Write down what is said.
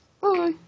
Bye